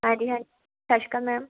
ਹਾਂਜੀ ਹਾਂਜੀ ਸਤਿ ਸ਼੍ਰੀ ਅਕਾਲ ਮੈਮ